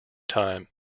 time